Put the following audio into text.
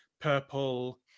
purple